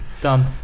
done